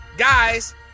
Guys